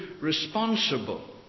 responsible